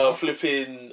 flipping